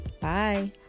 Bye